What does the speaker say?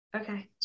Okay